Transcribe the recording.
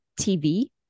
TV